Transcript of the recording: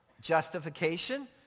justification